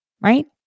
right